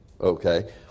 Okay